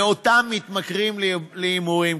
ואותם מתמכרים להימורים,